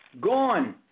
Gone